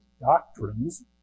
doctrines